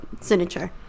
signature